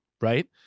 right